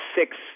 six